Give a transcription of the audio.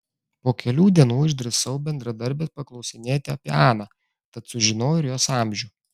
po kelių dienų išdrįsau bendradarbės paklausinėti apie aną tad sužinojau ir jos amžių